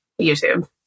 YouTube